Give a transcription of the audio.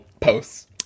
posts